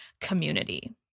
community